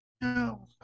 No